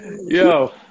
Yo